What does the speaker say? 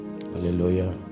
Hallelujah